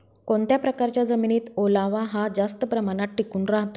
कोणत्या प्रकारच्या जमिनीत ओलावा हा जास्त प्रमाणात टिकून राहतो?